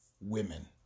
women